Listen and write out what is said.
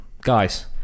guys